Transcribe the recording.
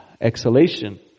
exhalation